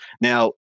Now